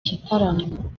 gitaramo